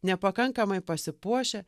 nepakankamai pasipuošę